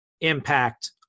impact